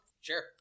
Sure